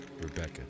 Rebecca